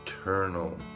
eternal